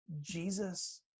Jesus